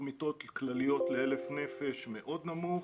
מיטות כלליות ל-1,000 נפש מאוד נמוך.